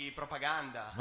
propaganda